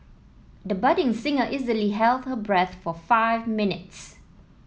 the budding singer easily held her breath for five minutes